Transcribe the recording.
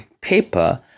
paper